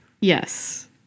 Yes